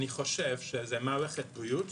זו מערכת בריאות,